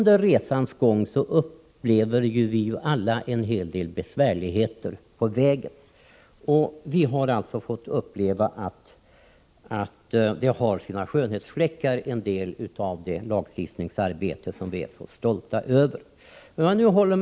Under resans gång upplever vi ju alla en hel del besvärligheter, och vi har alltså fått uppleva att en del av det lagstiftningsarbete som vi är så stolta över har sina skönhetsfläckar.